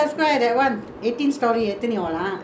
still like அது வந்து:athu vanthu L shape வீடு தானே:veedu thaanae